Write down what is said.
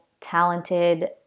talented